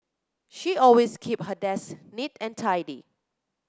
she always keep her desk neat and tidy